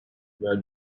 where